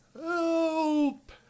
help